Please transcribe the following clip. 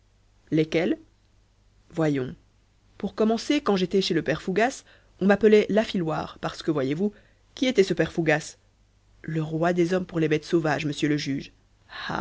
lesquels voyons pour commencer quand j'étais chez le père fougasse on m'appelait l'affiloir parce que voyez-vous qui était ce père fougasse le roi des hommes pour les bêtes sauvages monsieur le juge